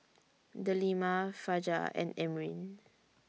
Delima Fajar and Amrin